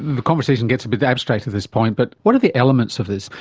the conversation gets a bit abstract at this point, but what are the elements of this?